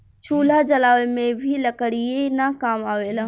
चूल्हा जलावे में भी लकड़ीये न काम आवेला